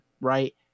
right